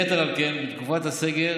יתר על כן, בתקופת הסגר